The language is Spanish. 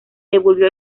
devolvió